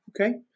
Okay